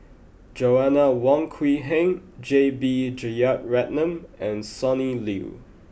Joanna Wong Quee Heng J B Jeyaretnam and Sonny Liew